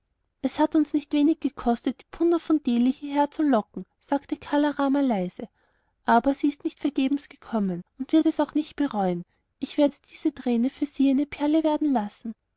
es hat uns nicht wenig gekostet die punna von delhi hierher zu locken sagte kala rama leise aber sie ist nicht vergebens gekommen und wird es auch nicht bereuen ich werde diese träne für sie eine perle werden lassen